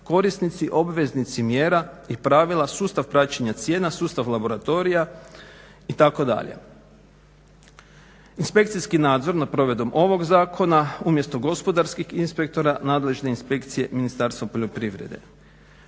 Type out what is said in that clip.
korisnici, obveznici mjera i pravila, sustav praćenja cijena, sustav laboratorija, itd. Inspekcijski nadzor nad provedbom ovog zakona umjesto gospodarskih inspektora nadležne inspekcije Ministarstva poljoprivrede.